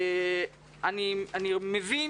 אני מבין